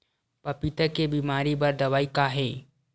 पपीता के बीमारी बर दवाई का हे?